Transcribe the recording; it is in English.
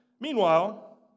Meanwhile